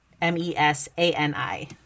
M-E-S-A-N-I